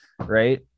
right